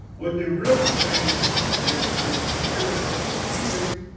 what they're really saying is in pure english,